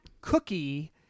cookie—